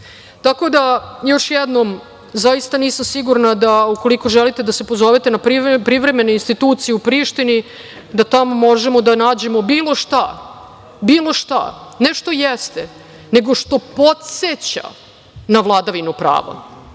isto. Tako da još jednom zaista nisam sigurna da ukoliko želite da se pozovete na privremene institucije u Prištini da tamo možemo da nađemo bilo šta, ne što jeste, nego što podseća na vladavinu prava,